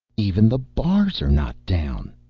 even the bars are not down,